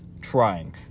trying